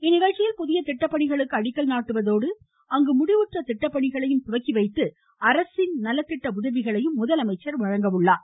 இந்நிகழ்ச்சியில் புதிய திட்டப்பணிகளுக்கு அடிக்கல் நாட்டுவதோடு அங்கு முடிவுற்ற திட்டப்பணிகளையும் துவக்கி வைத்து அரசு நலத்திட்ட உதவிகளையும் வழங்க உள்ளார்